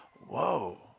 whoa